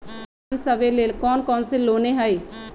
किसान सवे लेल कौन कौन से लोने हई?